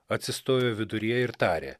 atsistojo viduryje ir tarė